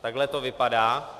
Takhle to vypadá.